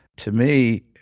to me,